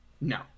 No